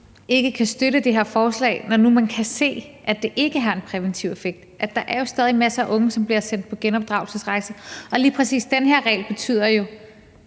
ikke kan støtte det her forslag, når nu man kan se, at det ikke har en præventiv effekt. Der er jo stadig væk masser af unge, som bliver sendt på genopdragelsesrejser, og lige præcis den her regel betyder,